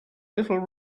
little